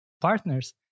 partners